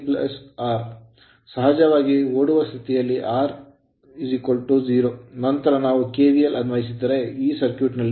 ಸಹಜವಾಗಿ ಓಡುವ ಸ್ಥಿತಿಯಲ್ಲಿ R 0 ನಂತರ ನಾವು KVL ಅನ್ವಯಿಸಿದರೆ ಈ ಸರ್ಕ್ಯೂಟ್ ನಲ್ಲಿ